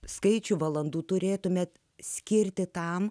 skaičių valandų turėtumėte skirti tam